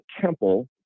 temple